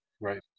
Right